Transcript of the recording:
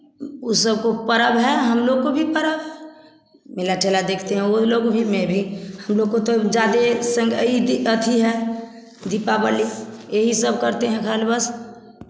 वह सब को पर्व है हम लोग को भी पर्व है मेला ठेला देखते हैं वे लोग भी मैं भी हम लोक को तो ज़्यादा संग ईदी अथी है दीपावली यही सब करते हैं खाली बस